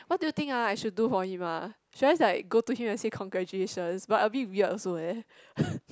what do you think ah I should do for him ah should I just like go to him and say congratulations but a bit weird also leh